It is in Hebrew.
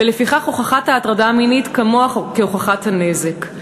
ולפיכך הוכחת ההטרדה המינית כמוה כהוכחת הנזק,